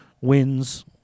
wins